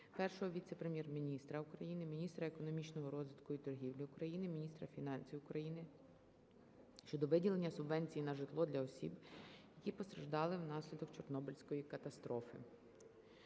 Першого віце-прем'єр-міністра України – міністра економічного розвитку і торгівлі України, міністра фінансів України щодо виділення субвенції на житло для осіб, які постраждали внаслідок Чорнобильської катастрофи.